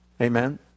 Amen